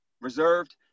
reserved